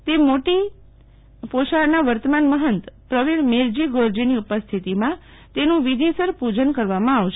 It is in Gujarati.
તે મોટી પોશાળ નાં વર્તમાન મહંત પ્રવિણ મેરજી ગોરજી ની ઉપસ્થિતી માં તેનું વિધિસર પૂજન કરવામાં આવશે